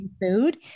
food